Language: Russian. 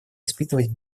испытывать